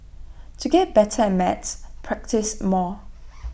to get better at maths practise more